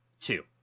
two